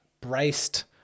braced